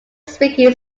speaking